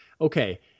okay